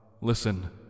Listen